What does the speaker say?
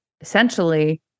essentially